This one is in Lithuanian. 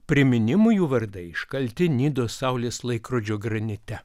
priminimui jų vardai iškalti nidos saulės laikrodžio granite